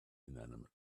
inanimate